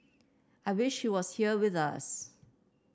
I wish she was here with us